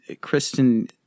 Kristen